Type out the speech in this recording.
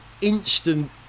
instant